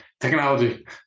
Technology